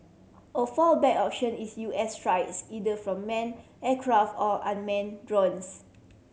a fallback option is U S strikes either from man aircraft or unman drones